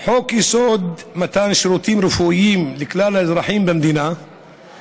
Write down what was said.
החוק למתן שירותים רפואיים לכלל האזרחים במדינה אינו